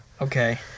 Okay